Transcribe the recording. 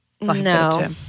No